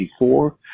1964